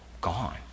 gone